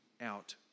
out